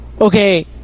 okay